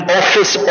office